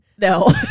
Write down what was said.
No